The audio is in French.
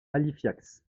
halifax